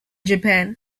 japan